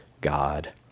god